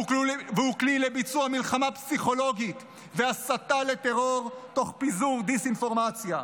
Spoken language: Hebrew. והוא כלי לביצוע מלחמה פסיכולוגית והסתה לטרור תוך פיזור דיסאינפורמציה.